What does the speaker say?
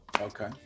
Okay